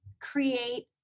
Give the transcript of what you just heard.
create